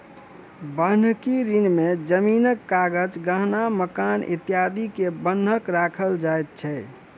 बन्हकी ऋण में जमीनक कागज, गहना, मकान इत्यादि के बन्हक राखल जाय छै